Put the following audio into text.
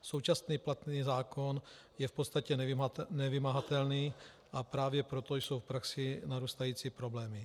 Současný platný zákon je v podstatě nevymahatelný, a právě proto jsou v praxi narůstající problémy.